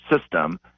system